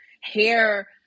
hair